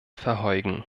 verheugen